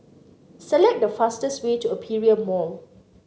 select the fastest way to Aperia Mall